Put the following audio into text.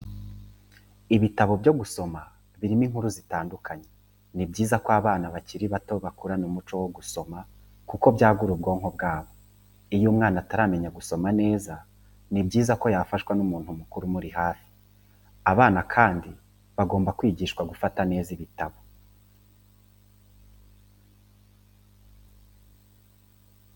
Ibitabo byo gusoma birimo inkuru zitandukanye, ni byiza ko abana bakiri bato bakurana umuco wo gusoma kuko byagura ubwonko bwabo, iyo umwana ataramenya gusoma neza ni byiza ko yafashwa n'umuntu mukuru umuri hafi. Abana kandi bagomba kwigishwa gufata neza ibitabo.